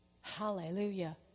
Hallelujah